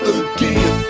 again